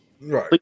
right